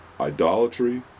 idolatry